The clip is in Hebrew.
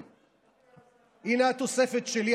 הינה התוספת שלי,